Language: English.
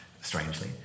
strangely